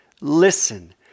listen